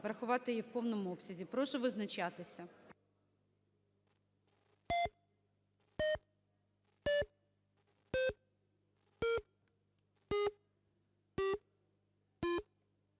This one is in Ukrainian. врахувати її в повному обсязі. Прошу визначатися.